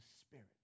spirit